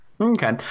okay